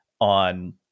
on